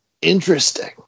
interesting